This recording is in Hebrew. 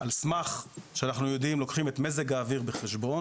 על סמך שאנחנו לוקחים את מזג האוויר בחשבון,